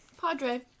Padre